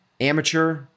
amateur